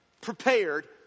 prepared